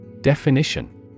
Definition